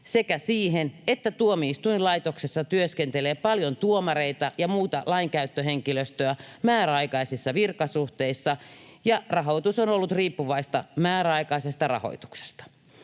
sekä siihen, että tuomioistuinlaitoksessa työskentelee paljon tuomareita ja muuta lainkäyttöhenkilöstöä määräaikaisissa virkasuhteissa ja rahoitus on ollut riippuvaista määräaikaisesta rahoituksesta.